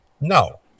No